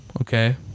okay